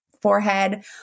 forehead